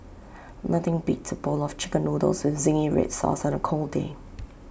nothing beats A bowl of Chicken Noodles with Zingy Red Sauce on A cold day